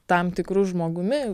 tam tikru žmogumi